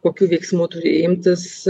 kokių veiksmų turi imtis